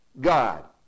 God